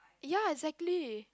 ya exactly